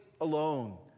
alone